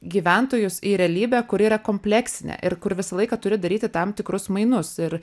gyventojus į realybę kuri yra kompleksinė ir kur visą laiką turi daryti tam tikrus mainus ir